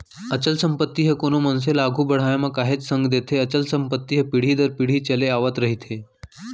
अचल संपत्ति ह कोनो मनसे ल आघू बड़हाय म काहेच संग देथे अचल संपत्ति ह पीढ़ी दर पीढ़ी चले आवत रहिथे